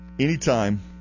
Anytime